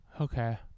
Okay